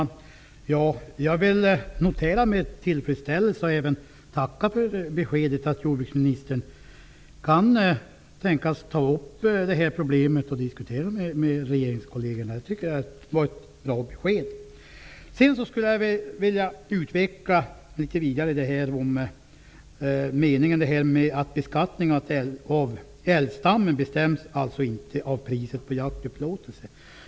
Herr talman! Jag noterar beskedet med tillfredsställelse och tackar för det. Det är bra att jordbruksministern kan tänka sig att ta upp problemet för diskussion med regeringskollegerna. Jag skulle vilja utveckla påståendet att beskattningen av älgstammen inte bestäms av priset på jaktupplåtelse.